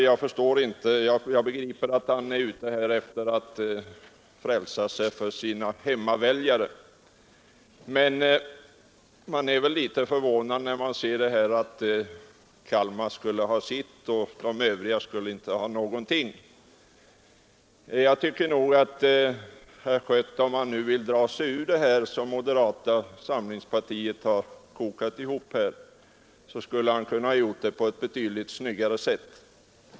Jag förstår att han är ute efter att frälsa sig för sina hemmaväljare. Man blir väl litet förvånad när man ser att Kalmar skall ha sitt och de övriga inte någonting. Om herr Schött vill dra sig ur det som moderata samlingspartiet har kokat ihop, skulle kan kunna göra det på ett betydligt snyggare sätt.